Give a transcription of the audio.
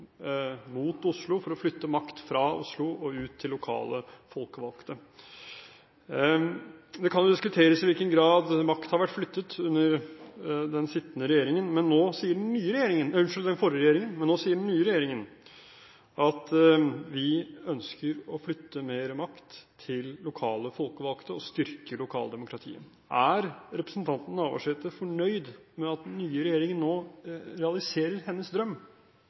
mot Oslo – for å flytte makt fra Oslo og ut til lokale folkevalgte. Det kan jo diskuteres i hvilken grad makt har vært flyttet under den forrige regjeringen, men nå sier den nye regjeringen at den ønsker å flytte mer makt ut til lokale folkevalgte og styrke lokaldemokratiet. Er representanten Navarsete fornøyd med at den nye regjeringen nå realiserer hennes drøm?